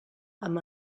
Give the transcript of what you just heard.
amb